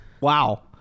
wow